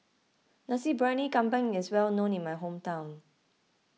Nasi Briyani Kambing is well known in my hometown